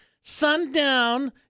Sundown